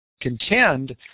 contend